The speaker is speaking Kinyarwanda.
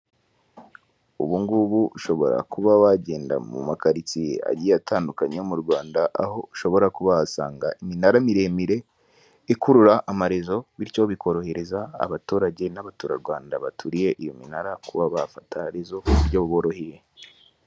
Ubu ngubu ushobora kuba wagenda mu makaritsiye agiye atandukanye yo mu Rwanda, aho ushobora kuba wahasanga iminara miremire ikurura amarezo, bityo bikorohereza abaturage n'abaturarwanda baturiye iyo minara kuba bafata rezo ku buryo buboroheye.